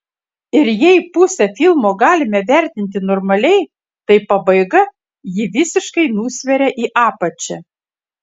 ir jei pusę filmo galime vertinti normaliai tai pabaiga jį visiškai nusveria į apačią